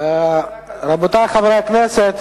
רבותי חברי הכנסת,